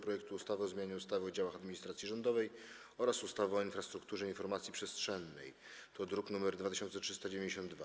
projektu ustawy o zmianie ustawy o działach administracji rządowej oraz ustawy o infrastrukturze informacji przestrzennej (druk nr 2392)